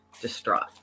distraught